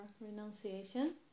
renunciation